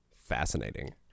fascinating